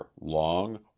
long